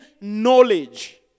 knowledge